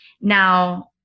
Now